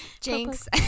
Jinx